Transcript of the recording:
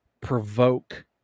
provoke